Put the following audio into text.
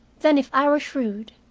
then, if i were shrewd,